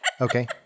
Okay